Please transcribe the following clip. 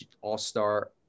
all-star